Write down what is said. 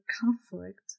conflict